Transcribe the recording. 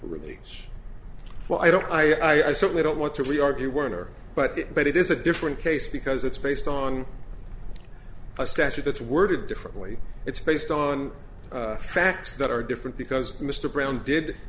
really well i don't i certainly don't want to be argued werner but it but it is a different case because it's based on a statute that's worded differently it's based on facts that are different because mr brown did